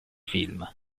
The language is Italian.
film